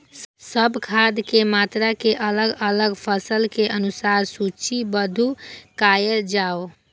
सब खाद के मात्रा के अलग अलग फसल के अनुसार सूचीबद्ध कायल जाओ?